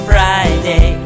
Friday